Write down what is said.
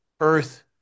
Earth